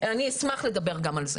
אני אשמח לדבר גם על זה.